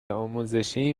آموزشی